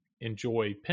enjoy